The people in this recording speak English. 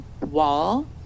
wall